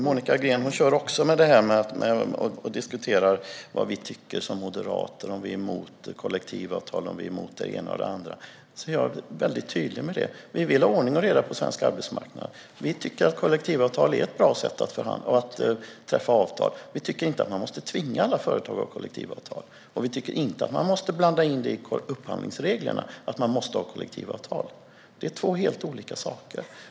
Monica Green kör också med det här att diskutera vad vi tycker som moderater och att vi är emot kollektivavtal och det ena med det andra. Jag är tydlig med detta: Vi vill ha ordning och reda på svensk arbetsmarknad. Vi tycker att kollektivavtal är ett bra sätt att förhandla och att träffa avtal på. Vi tycker inte att man måste tvinga alla företag att ha kollektivavtal, och vi tycker inte att man måste blanda in ett sådant krav i upphandlingsreglerna. Det är två helt olika saker.